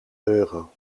euro